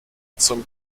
zum